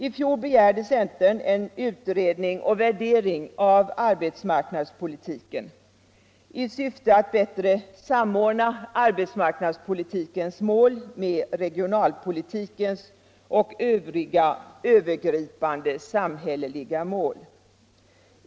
I fjol begärde centern en utredning och värdering av arbetsmarknadspolitiken i syfte att bättre samordna arbetsmarknadspolitikens mål med regionalpolitikens och med övriga övergripande samhälleliga mål.